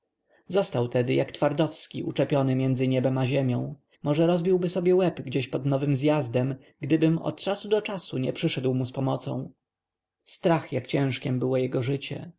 został tedy jak twardowski uczepiony między niebem i ziemią może rozbiłby sobie łeb gdzie pod nowym zjazdem gdybym od czasu do czasu nie przyszedł mu z pomocą strach jak ciężkiem było jego życie